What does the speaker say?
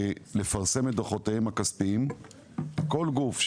אני מציע שתהיה חובה